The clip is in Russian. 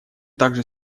также